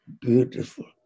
beautiful